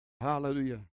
Hallelujah